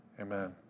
amen